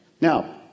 Now